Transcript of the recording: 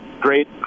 Great